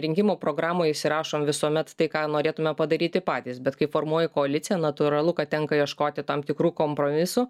rinkimų programoj įsirašom visuomet tai ką norėtume padaryti patys bet kai formuoji koaliciją natūralu kad tenka ieškoti tam tikrų kompromisų